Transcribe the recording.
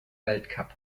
weltcup